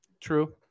True